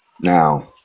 Now